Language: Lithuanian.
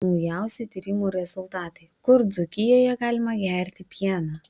naujausi tyrimų rezultatai kur dzūkijoje galima gerti pieną